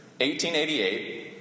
1888